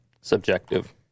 Subjective